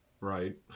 Right